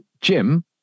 Jim